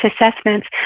assessments